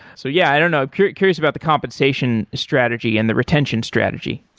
so yeah, i don't know. curious curious about the compensation strategy and the retention strategy.